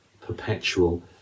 perpetual